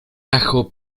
ajo